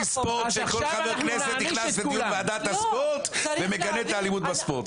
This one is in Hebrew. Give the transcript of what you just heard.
שכל חבר כנסת נכנס לדיון בוועדת הספורט ומגנה את האלימות בספורט.